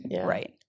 Right